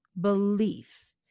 belief